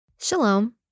Shalom